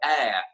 air